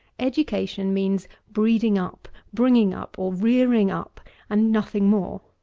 education means breeding up, bringing up, or rearing up and nothing more.